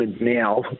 now